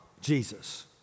Jesus